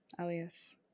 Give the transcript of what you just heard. alias